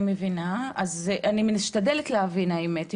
אני משתדלת להבין, האמת.